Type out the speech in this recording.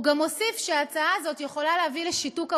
הוא גם הוסיף שההצעה הזאת יכולה להביא לשיתוק הוועדה,